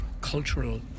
cultural